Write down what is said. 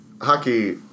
hockey